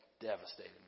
devastated